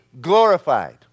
glorified